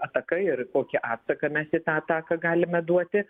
ataka ir kokį atsaką mes į tą ataką galime duoti